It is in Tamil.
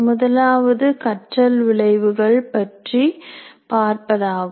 முதலாவது கற்றல் விளைவுகள் பற்றி பார்ப்பதாகும்